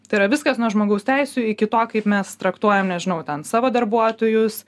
tai yra viskas nuo žmogaus teisių iki to kaip mes traktuojam nežinau ten savo darbuotojus